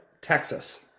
Texas